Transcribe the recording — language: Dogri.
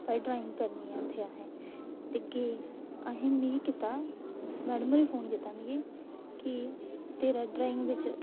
भाई ड्राइंग करनी ऐ उत्थै असें ते गे में कीता मैडम होरे फोन कीता मी कि तेरा ड्राइंग बिच